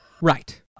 right